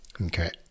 Okay